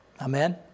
Amen